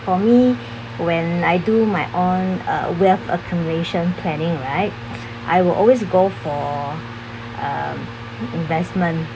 for me when I do my own uh wealth accumulation planning right I will always go for um investment